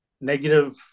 negative